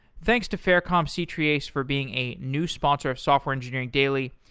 thanks to faircom c-treeace for being a new sponsor of software engineering daily,